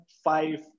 five